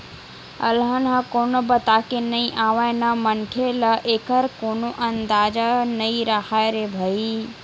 अलहन ह कोनो बताके नइ आवय न मनखे ल एखर कोनो अंदाजा नइ राहय रे भई